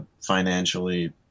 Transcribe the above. financially